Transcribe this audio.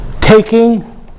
taking